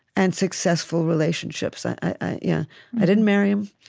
and successful relationships. i yeah i didn't marry them,